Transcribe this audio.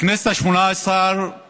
בכנסת השמונה עשרה